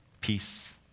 peace